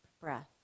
breath